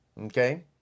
Okay